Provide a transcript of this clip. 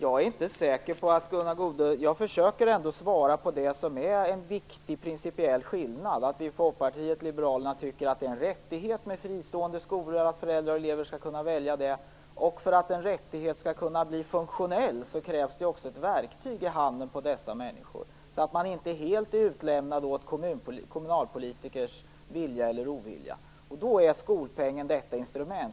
Herr talman! Jag försöker svara på vad som är en viktig principiell skillnad här. Vi i Folkpartiet liberalerna tycker att fristående skolor är en rättighet och att föräldrar och elever skall kunna välja dem. För att en rättighet skall kunna bli funktionell krävs det också ett verktyg i handen på dessa människor, så att de inte är helt utlämnade åt kommunalpolitikers vilja eller ovilja. Skolpengen är detta instrument.